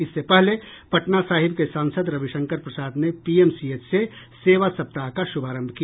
इससे पहले पटनासाहिब के सांसद रविशंकर प्रसाद ने पीएमसीएच से सेवा सप्ताह का शुभारंभ किया